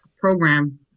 program